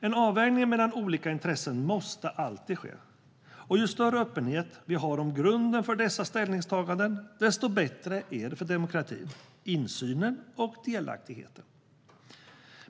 En avvägning mellan olika intressen måste alltid ske, och ju större öppenhet vi har om grunden för dessa ställningstaganden, desto bättre är det för demokratin, insynen och delaktigheten.